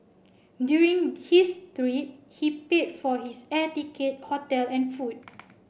during his three he paid for his air ticket hotel and food